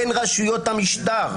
בין רשויות המשטר.